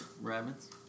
rabbits